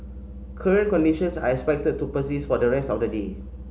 current conditions are expected to persist for the rest of the day